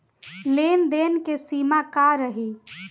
लेन देन के सिमा का रही?